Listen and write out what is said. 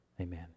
Amen